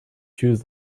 choose